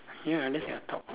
ya unless you are top